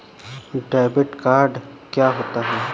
Debit card क्या होता है?